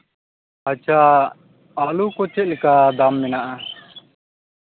ᱟᱪᱪᱷᱟ ᱟᱹᱞᱩ ᱠᱚ ᱪᱮᱫ ᱞᱮᱠᱟ ᱫᱟᱢ ᱢᱮᱱᱟᱜᱼᱟ